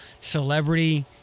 celebrity